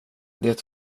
det